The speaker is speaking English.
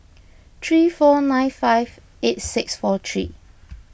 three four nine five eight six four three